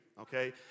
Okay